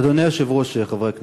אדוני היושב-ראש, חברי הכנסת,